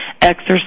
exercise